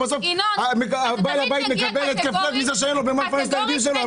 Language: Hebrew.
שבסוף בעל הבית מקבל התקף לב מזה שאין לו ממה לפרנס את הילדים שלו.